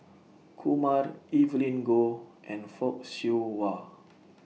Kumar Evelyn Goh and Fock Siew Wah